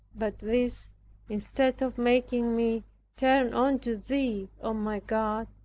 but this instead of making me turn unto thee, o my god,